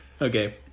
Okay